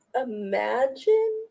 imagine